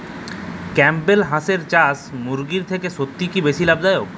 Campbell হাঁসের চাষ মুরগির থেকে সত্যিই কি বেশি লাভ দায়ক?